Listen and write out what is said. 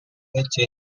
رابطه